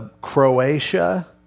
Croatia